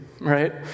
right